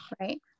Right